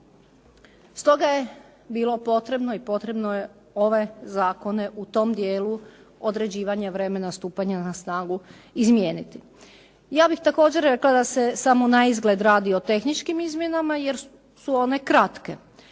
Stoga je bilo potrebno i potrebno je ove zakone u tom dijelu određivanja vremena stupanja na snagu izmijeniti. Ja bih također rekla da se samo naizgled radi o tehničkim izmjenama jer su one kratke,